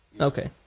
Okay